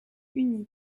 unie